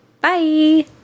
Bye